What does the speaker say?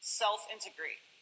self-integrate